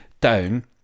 down